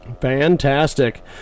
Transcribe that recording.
Fantastic